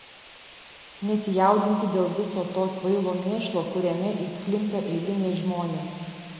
nesijaudinti dėl viso to kvailo mėšlo kuriame įklimpę eiliniai žmonės